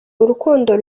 urukundo